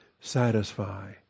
satisfy